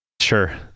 sure